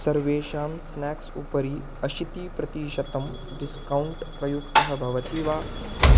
सर्वेषां स्नाक्स् उपरि अशीतिप्रतिशतं डिस्कौण्ट् प्रयुक्तः भवति वा